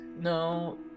No